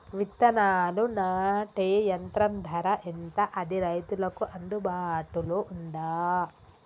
విత్తనాలు నాటే యంత్రం ధర ఎంత అది రైతులకు అందుబాటులో ఉందా?